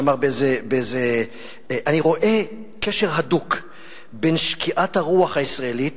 שאמר: "אני רואה קשר הדוק בין שקיעת הרוח הישראלית